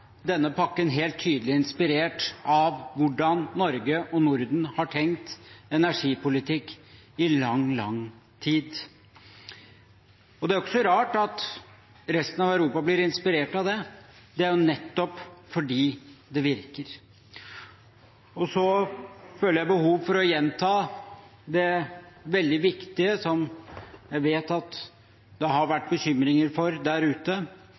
denne pakken helt tydelig inspirert av hvordan Norge og Norden har tenkt energipolitikk i lang, lang tid. Det er ikke så rart at resten av Europa blir inspirert av det. Det er nettopp fordi det virker. Så føler jeg behov for å gjenta det veldig viktige som jeg vet at det har vært bekymringer for der ute,